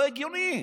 לא הגיוני.